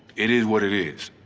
it is what it is.